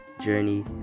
journey